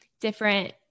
different